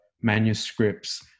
manuscripts